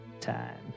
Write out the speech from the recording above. time